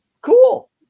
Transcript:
Cool